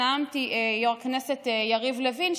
ישב פה כשנאמתי יו"ר הכנסת יריב לוין,